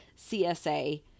csa